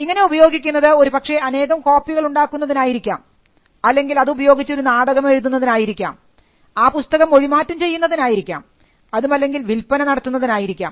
ഇങ്ങനെ ഉപയോഗിക്കുന്നത് ഒരുപക്ഷേ അനേകം കോപ്പികൾ ഉണ്ടാക്കുന്നതിനായിരിക്കാം അല്ലെങ്കിൽ അത് ഉപയോഗിച്ച് ഒരു നാടകം എഴുതുന്നതിനായിരിക്കാം ആ പുസ്തകം മൊഴിമാറ്റം ചെയ്യുന്നതിനായിരിക്കാം അതുമല്ലെങ്കിൽ വിൽപ്പന നടത്തുന്നതിനായിരിക്കാം